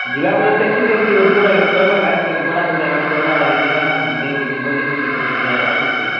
ଯିବା ଗୋଟେ ଟ୍ୟାକ୍ସି କେମିତି ଗୋଟେ ଗୁଡ଼ା ଗୋଟେ କହିବା ଗାଏ ଗୋଟେ ଭଡ଼ା କେଉଁଟା ଗୋଟେ କରବା ଆର ଯିବା ସନ୍ଧ୍ୟାବେଳକୁ ଗୋଟେ ଭୋଜି ଫୋଜି କରିକି ଆଇବା ବୋଲୁଛେ